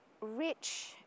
rich